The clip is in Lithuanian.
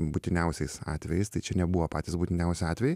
būtiniausiais atvejais tai čia nebuvo patys būtiniausi atvejai